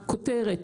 הכותרת,